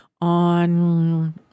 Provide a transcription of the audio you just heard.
on